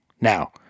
Now